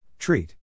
Treat